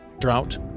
drought